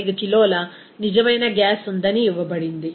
75 కిలోల నిజమైన గ్యాస్ ఉందని ఇవ్వబడింది